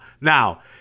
Now